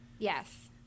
Yes